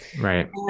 Right